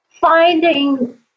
finding